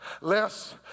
less